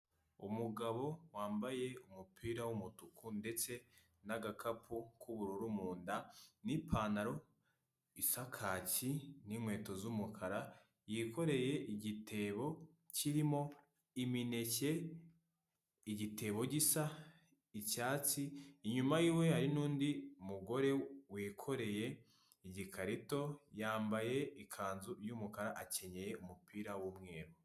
Umugabo wambaye umupira w'umutuku, ndetse n'agakapu k'ubururu mu nda, n'ipantaro isa kaki, n'inkweto z'umukara, yikoreye igitebo kirimo imineke, igitebo gisa icyatsi, inyuma y'iwe hari n'undi mugore wikoreye igikarito, yambaye ikanzu y'umukara, akenyeye umupira w'umweru.